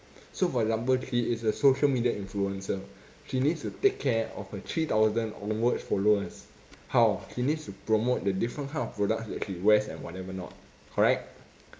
so for example she is a social media influencer she needs to take care of her three thousand onward followers how she needs to promote the different kind of products that she wears and whatever not correct